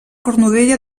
cornudella